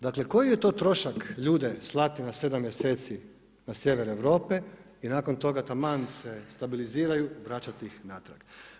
Dakle, koji je to trošak ljude slati na 7 mjeseci na sjever Europe i nakon toga taman se stabiliziraju, vraćati ih natrag?